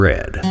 Red